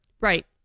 Right